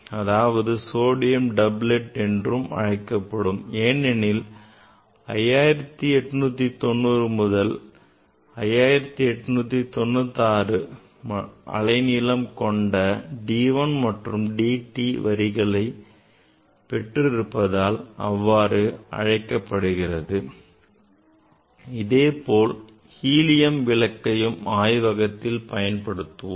அது sodium doublet என்றும் அழைக்கப்படும் ஏனெனில் அது 5890 and 5896 அலைநீளம் கொண்ட D 1 மற்றும் D 2 வரிகளை பெற்றிருப்பதால் அவ்வாறு அழைக்கப்படுகிறது அதேபோல் நாம் ஹீலியம் விளக்கையும் ஆய்வகத்தில் பயன்படுத்துவோம்